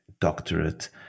doctorate